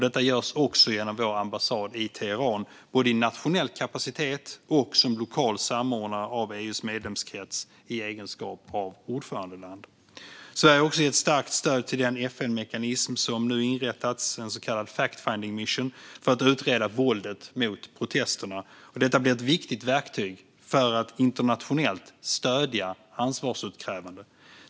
Detta gör vi också genom vår ambassad i Teheran, både i nationell kapacitet och som lokal samordnare av EU:s medlemskrets i egenskap av ordförandeland. Sverige har också gett starkt stöd till den FN-mekanism som nu inrättats, en så kallad fact-finding mission, för att utreda våldet mot protesterna. Detta blir ett viktigt verktyg för att internationellt stödja ansvarsutkrävande.